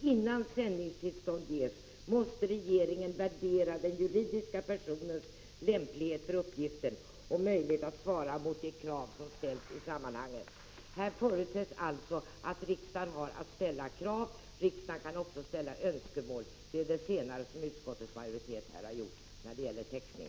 ———- ”Innan sändningstillstånd ges måste regeringen värdera den juridiska personens lämplighet för uppgiften och möjlighet att svara mot de krav som ställs i sammanhanget.” Här förutsätts alltså att riksdagen har att ställa krav. Riksdagen kan också framställa önskemål. Det är det senare som utskottets majoritet har gjort när det gäller textning.